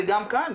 וגם כאן,